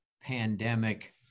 pandemic